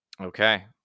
okay